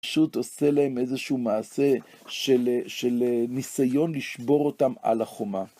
פשוט עושה להם איזשהו מעשה של ניסיון לשבור אותם על החומה.